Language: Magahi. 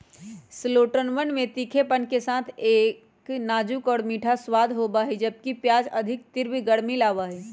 शैलोट्सवन में तीखेपन के साथ एक नाजुक और मीठा स्वाद होबा हई, जबकि प्याज अधिक तीव्र गर्मी लाबा हई